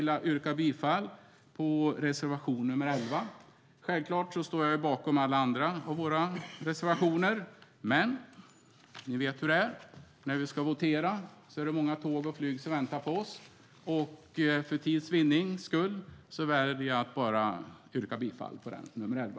Jag yrkar bifall till reservation 11. Självklart står jag bakom alla andra av våra reservationer. Men ni vet hur det är när vi ska votera. Det är många tåg och flyg som väntar på oss. För tids vinnande väljer jag att yrka bifall till enbart reservation nr 11.